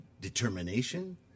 determination